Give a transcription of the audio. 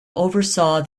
oversaw